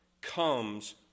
comes